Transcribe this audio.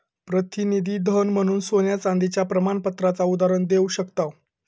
प्रतिनिधी धन म्हणून सोन्या चांदीच्या प्रमाणपत्राचा उदाहरण देव शकताव